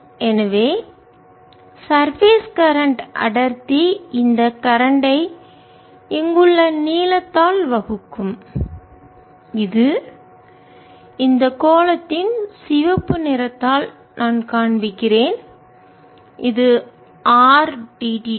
எனவே சர்பேஸ் மேற்பரப்பு கரண்ட் மின்னோட்டம் அடர்த்தி இந்த கரண்ட் ஐ மின்னோட்டம் இங்குள்ள நீளத்தால் வகுக்கும் இது இந்த கோளத்தின் சிவப்பு நிறத்தால் நான் காண்பிக்கிறேன் இது ஆர் டி தீட்டா